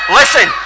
listen